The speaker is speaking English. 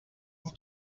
who